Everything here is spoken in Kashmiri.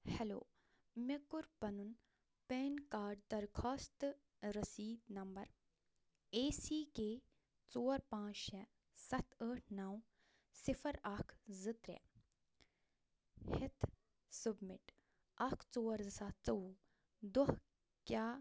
ہیٚلو مےٚ کوٚر پنُن پین کارڈ درخوٛاست رسیٖد نمبر اے سی کے ژور پانٛژھ شےٚ سَتھ ٲٹھ نَو صِفر اکھ زٕ ترٛےٚ ہیٚتھ سَبمِٹ اکھ ژور زٕ ساس ژوٚوُہ دۄہ کیٛاہ